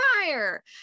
fire